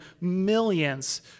millions